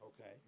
Okay